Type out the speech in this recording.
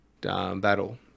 battle